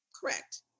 Correct